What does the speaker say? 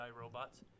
robots